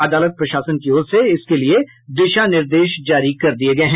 अदालत प्रशासन की ओर से इसके लिये दिशा निर्देश जारी किये गये हैं